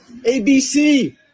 ABC